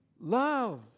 love